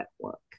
network